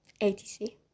ATC